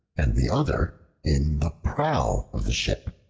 and the other in the prow of the ship.